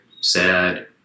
sad